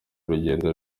urugendo